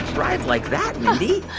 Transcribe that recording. drive like that, mindy?